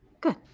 Good